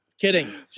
Kidding